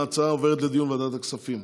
ההצעה עוברת לדיון בוועדת הכספים.